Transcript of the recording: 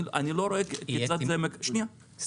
כל